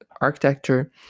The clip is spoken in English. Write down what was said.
architecture